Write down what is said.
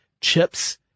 chips